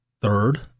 third